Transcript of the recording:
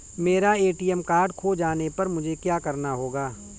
मेरा ATM card खो जाने पर मुझे क्या करना होगा?